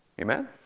Amen